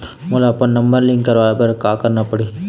मोला अपन number link करवाये बर का करना पड़ही?